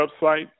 website